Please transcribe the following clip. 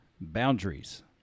boundaries